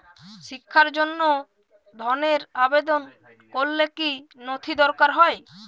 শিক্ষার জন্য ধনের আবেদন করলে কী নথি দরকার হয়?